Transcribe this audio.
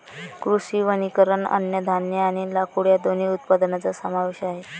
कृषी वनीकरण अन्नधान्य आणि लाकूड या दोन्ही उत्पादनांचा समावेश आहे